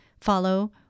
follow